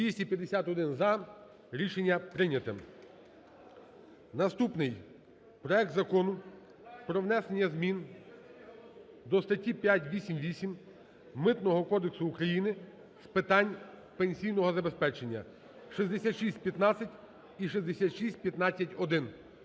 За-251 Рішення прийняте. Наступний проект Закону про внесення змін до статті 588 Митного кодексу України з питань пенсійного забезпечення (6615 і 6615-1).